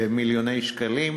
מיליוני שקלים.